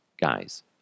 guys